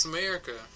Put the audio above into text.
America